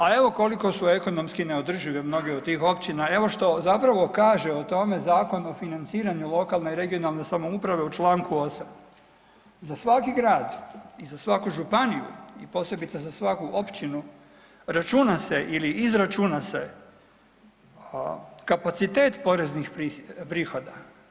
A evo koliko su ekonomski neodržive mnoge od tih općina, evo što zapravo kaže o tome Zakon o financiranju lokalne i regionalne samouprave u čl. 8. Za svaki grad i za svaku županiju i posebice za svaku općinu računa se ili izračuna se kapacitet poreznih prihoda.